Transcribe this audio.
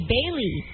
Bailey